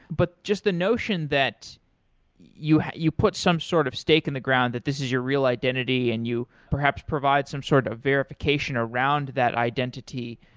but just the notion that you you put some sort of stake in the ground that this is your real identity and you perhaps provide some sort of verification around that identity.